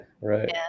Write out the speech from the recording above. Right